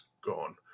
gone